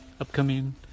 upcoming